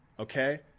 Okay